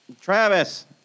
Travis